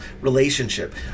relationship